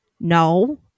No